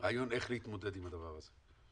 רעיון איך להתמודד עם הדבר הזה?